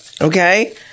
Okay